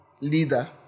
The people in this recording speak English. leader